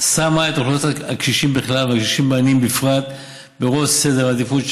שמה את אוכלוסיית הקשישים בכלל והקשישים העניים בפרט בראש סדר העדיפות,